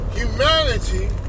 Humanity